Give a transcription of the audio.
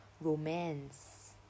Romance